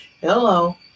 hello